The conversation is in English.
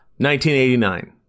1989